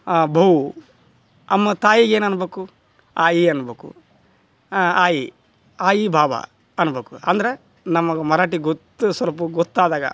ಬಹು ಅಮ್ಮ ತಾಯಿಗೆ ಏನು ಅನ್ಬೇಕು ಆಯಿ ಅನ್ಬೇಕು ಆಯಿ ಆಯಿ ಬಾಬಾ ಅನ್ಬೇಕು ಅಂದ್ರೆ ನಮಗೆ ಮರಾಠಿ ಗೊತ್ತು ಸ್ವಲ್ಪ ಗೊತ್ತಾದಾಗ